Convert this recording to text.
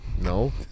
No